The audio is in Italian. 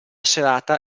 serata